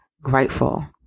grateful